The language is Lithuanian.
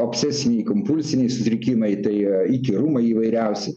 obsesiniai kompulsiniai sutrikimai tai įkyrumai įvairiausi